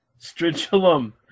Stridulum